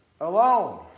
alone